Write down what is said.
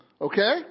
Okay